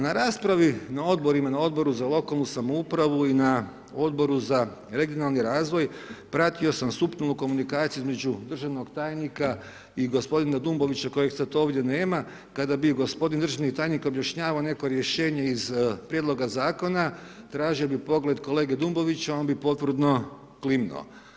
Na raspravi na Odboru za lokalnu samoupravu i na Odboru za regionalni razvoja, pratio sam suptilnu komunikaciju između državnog tajnika i gospodina Dumbovića kojeg sad ovdje nema, kada bi gospodin državni tajnik objašnjavao neko rješenje iz prijedloga, tražio bi pogled kolege Dumbovića, on bi potvrdno klimnuo.